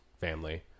family